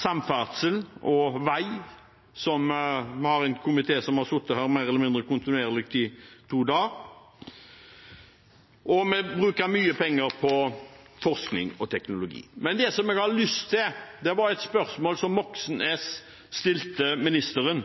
samferdsel og vei, der vi har en komité som har sittet her i salen mer eller mindre kontinuerlig i to dager – og vi bruker mye penger på forskning og teknologi. Det jeg har lyst til trekke fram, var et spørsmål representanten Moxnes stilte ministeren,